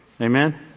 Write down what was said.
Amen